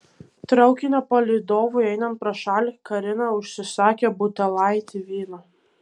traukinio palydovui einant pro šalį karina užsisakė butelaitį vyno